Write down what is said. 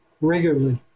regularly